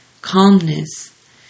calmness